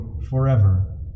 forever